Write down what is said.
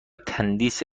تندیس